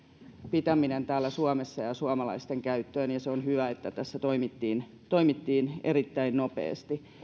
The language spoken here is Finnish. pitäminen täällä suomessa ja suomalaisten käyttöön ja se on hyvä että tässä toimittiin toimittiin erittäin nopeasti